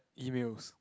emails